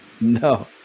No